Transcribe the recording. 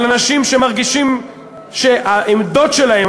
על אנשים שמרגישים שהעמדות שלהם,